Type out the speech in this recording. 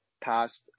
past